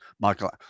Michael